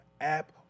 app